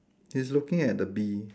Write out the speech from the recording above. he's looking at the bee